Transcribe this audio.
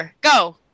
Go